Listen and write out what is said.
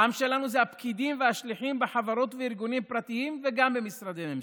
העם שלנו זה הפקידים והשליחים בחברות וארגונים פרטיים וגם במשרדי ממשלה,